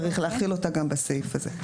צריך להחיל אותה גם בסעיף הזה.